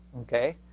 okay